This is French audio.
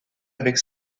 avec